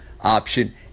option